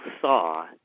saw